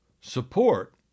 support